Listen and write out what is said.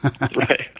Right